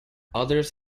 others